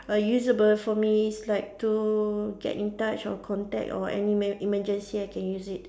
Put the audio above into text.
err usable for me it's like to get in touch or contact or any mer~ emergency I can use it